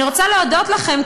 אני רוצה להודות לכם,